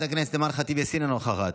חברת הכנסת שרון ניר, אינה נוכחת,